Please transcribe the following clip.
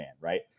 Right